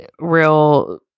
real